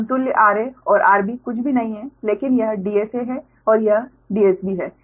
समतुल्य rA और rB कुछ भी नहीं है लेकिन यह DSA है और यह DSB है